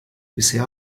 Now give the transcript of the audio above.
bisher